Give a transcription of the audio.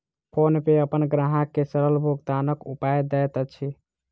PhonePe अपन ग्राहक के सरल भुगतानक उपाय दैत अछि